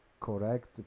correct